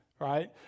right